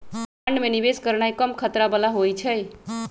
bond में निवेश करनाइ कम खतरा बला होइ छइ